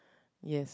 yes